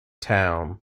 town